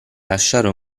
lasciare